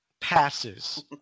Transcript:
passes